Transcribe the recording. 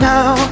Now